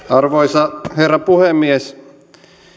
arvoisa herra puhemies